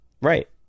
right